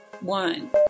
one